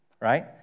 right